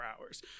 hours